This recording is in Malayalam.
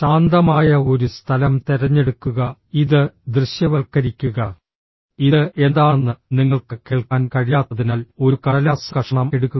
ശാന്തമായ ഒരു സ്ഥലം തിരഞ്ഞെടുക്കുക ഇത് ദൃശ്യവൽക്കരിക്കുക ഇത് എന്താണെന്ന് നിങ്ങൾക്ക് കേൾക്കാൻ കഴിയാത്തതിനാൽ ഒരു കടലാസ് കഷണം എടുക്കുക